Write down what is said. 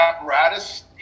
apparatus